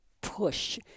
push